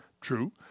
True